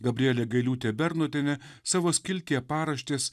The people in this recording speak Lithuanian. gabrielė gailiūtė bernotienė savo skiltyje paraštės